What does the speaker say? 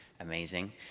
amazing